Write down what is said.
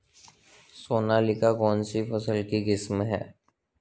सोनालिका कौनसी फसल की किस्म है?